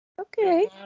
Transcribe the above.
Okay